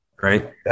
right